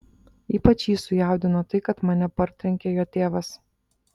ypač jį sujaudino tai kad mane partrenkė jo tėvas